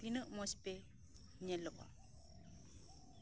ᱛᱤᱱᱟᱹᱜ ᱢᱚᱸᱡ ᱯᱮ ᱧᱮᱞᱚᱜᱼᱟ